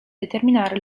determinare